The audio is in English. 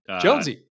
Jonesy